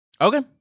Okay